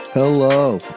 Hello